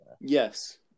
Yes